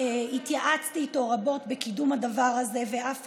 שהתייעצתי איתו רבות בקידום הדבר הזה ואף